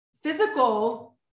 physical